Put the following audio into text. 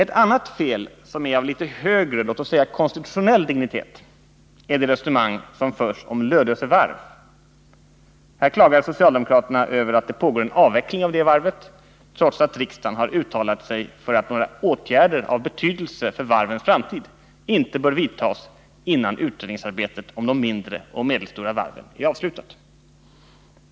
2” En felaktighet i reservationen som är av litet högre låt oss säga konstitutionell dignitet är det resonemang som förs om Lödöse varv. Här klagar socialdemokraterna över att det pågår en avveckling av det varvet, trots att riksdagen har uttalat sig för att några åtgärder av betydelse för varvens framtid inte bör vidtas innan utredningsarbetet om de mindre och medelstora varven är avslutat.